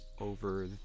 over